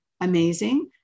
amazing